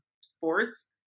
sports